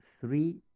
three